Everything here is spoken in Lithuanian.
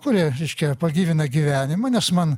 kurie reiškia pagyvina gyvenimą nes man